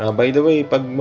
um by the way, but